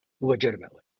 legitimately